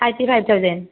thirty five thousand